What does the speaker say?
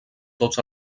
tots